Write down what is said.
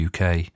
UK